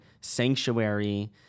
sanctuary